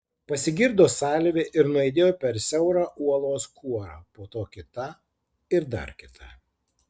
pasigirdo salvė ir nuaidėjo per siaurą uolos kuorą po to kita ir dar kita